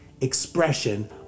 expression